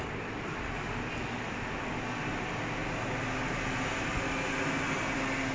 ya plus plus a lot of freelance jobs available now also